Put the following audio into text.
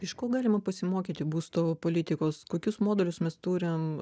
iš ko galima pasimokyti būsto politikos kokius modelius mes turim